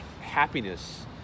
happiness